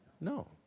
No